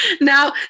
now